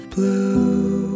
blue